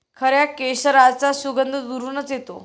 खऱ्या केशराचा सुगंध दुरूनच येतो